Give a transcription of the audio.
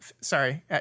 sorry